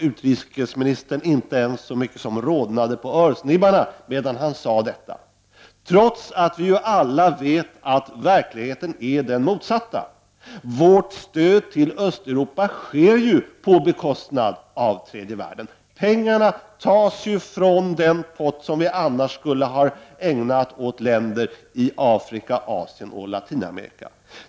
Utrikesministern inte ens så mycket som rodnade på örsnibbarna medan han sade detta, trots att vi alla vet att verkligheten är den motsatta. Vårt stöd till Östeuropa sker på bekostnad av stödet till tredje världen. Pengarna tas från den pott som vi annars skulle ha ägnat åt länder i Afrika, Asien och Latinamerika.